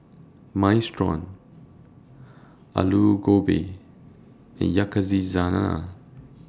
Minestrone Alu Gobi and Yakizakana